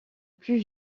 plus